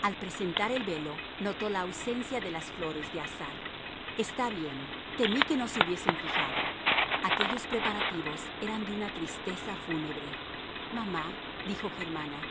al presentarle el velo notó la ausencia de las flores de azahar está bien temí que no se hubiesen fijado aquellos preparativos eran de una tristeza fúnebre mamá dijo germana